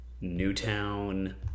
Newtown